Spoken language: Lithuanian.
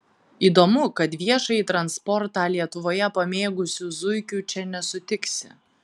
įdomu kad viešąjį transportą lietuvoje pamėgusių zuikių čia nesutiksi